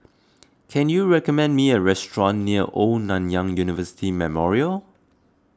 can you recommend me a restaurant near Old Nanyang University Memorial